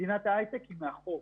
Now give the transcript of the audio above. מדינת ההייטק היא מאחור.